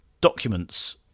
documents